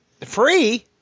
free